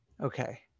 Okay